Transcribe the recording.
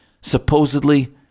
supposedly